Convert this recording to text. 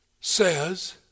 says